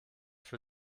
für